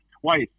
twice